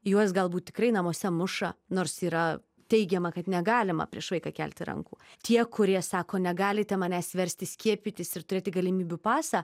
juos galbūt tikrai namuose muša nors yra teigiama kad negalima prieš vaiką kelti rankų tie kurie sako negalite manęs versti skiepytis ir turėti galimybių pasą